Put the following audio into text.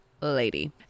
lady